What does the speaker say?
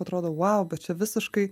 atrodo vau bet čia visiškai